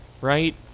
right